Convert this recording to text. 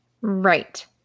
Right